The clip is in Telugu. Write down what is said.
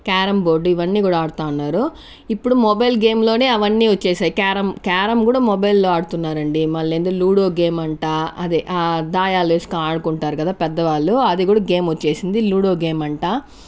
క్యారం బోర్డు ఇవన్నీ కూడా ఆడతున్నారు ఇప్పుడు మొబైల్ గేమ్ లోనే అవన్నీ వచ్చేసాయి క్యారం క్యారం కూడా మొబైల్లో ఆడుతున్నారండి మళ్ళీ ఏంటో లుడో గేమ్ అంట అదే దాయలు వేసుకుంటా ఆడుకుంటారు కదా పెద్దవాళ్ళు అది కూడా గేమ్ వచ్చేసింది లూడో గేమ్ అంట